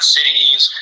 Cities